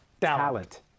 talent